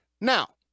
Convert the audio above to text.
Now